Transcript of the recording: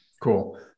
Cool